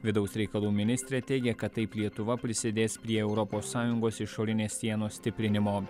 vidaus reikalų ministrė teigė kad taip lietuva prisidės prie europos sąjungos išorinės sienos stiprinimo